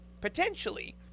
potentially